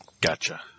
Gotcha